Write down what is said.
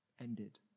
Ended